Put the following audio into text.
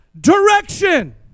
direction